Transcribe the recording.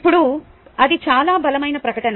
ఇప్పుడు అది చాలా బలమైన ప్రకటన